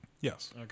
Yes